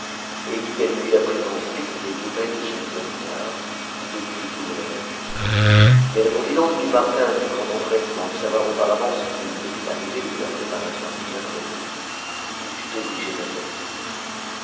et qu'elle lui apprît ensuite des nouvelles de schemselnibar depuis qu'il ne l'avait vue mais a conudente lui marqua un si grand empressement de savoir auparavant ce qui lui était arrivé depuis leur séparation si imprévue qu'il fut obligé de la satisfaire